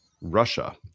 Russia